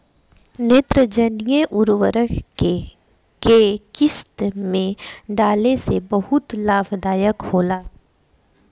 नेत्रजनीय उर्वरक के केय किस्त में डाले से बहुत लाभदायक होला?